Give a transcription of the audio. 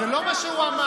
זה לא מה שאמרנו.